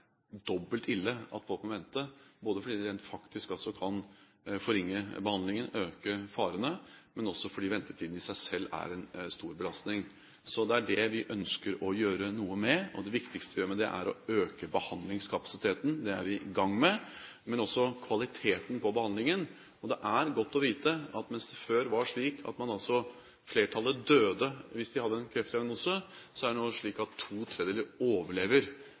dobbelt ille at folk må vente, både fordi det rent faktisk kan forringe behandlingen og øke farene, og fordi ventetiden i seg selv er en stor belastning. Så det ønsker vi å gjøre noe med. Det viktigste vi gjør med det, er å øke behandlingskapasiteten – det er vi i gang med – men også kvaliteten på behandlingen. Det er godt å vite at mens det før var slik at flertallet døde hvis de hadde en kreftdiagnose, er det nå slik at ⅔ overlever